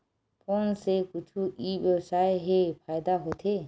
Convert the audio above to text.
Phone से कुछु ई व्यवसाय हे फ़ायदा होथे?